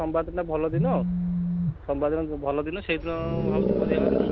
ସୋମବାର ଦିନ ଭଲ ଦିନ ସୋମବାର ଦିନ ଭଲ ଦିନ ସେଇଦିନ ଭାବୁଛି କରିବାପାଇଁ